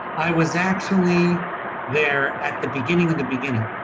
i was actually there at the beginning of the beginning,